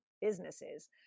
businesses